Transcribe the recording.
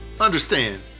understand